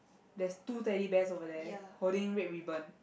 there's two Teddy Bears over there holding red ribbon